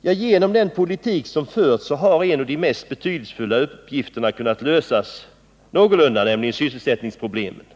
Genom den politik som förts har ett av de mest betydelsefulla problemen kunnat lösas någorlunda, nämligen sysselsättningsproblemet.